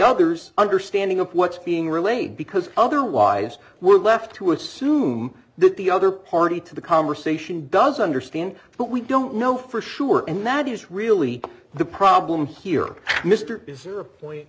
other's understanding of what's being relayed because otherwise we're left to assume that the other party to the conversation doesn't understand but we don't know for sure and that is really the problem here mr is there a